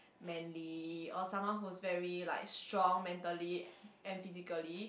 manly or someone who's very like strong mentally and physically